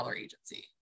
agency